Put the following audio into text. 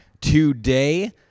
today